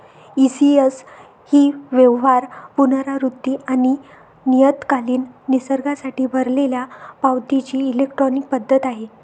ECS ही व्यवहार, पुनरावृत्ती आणि नियतकालिक निसर्गासाठी भरलेल्या पावतीची इलेक्ट्रॉनिक पद्धत आहे